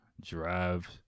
drive